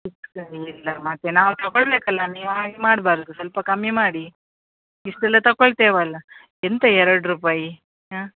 ಮತ್ತು ನಾವು ತಗೋಳ್ಬೇಕಲ್ಲ ನೀವು ಹಾಗೆ ಮಾಡಬಾರ್ದು ಸ್ವಲ್ಪ ಕಮ್ಮಿ ಮಾಡಿ ಇಷ್ಟೆಲ್ಲ ತಗೊಳ್ತೀವಲ್ಲ ಎಂತ ಎರಡು ರೂಪಾಯಿ ಹಾಂ